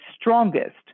strongest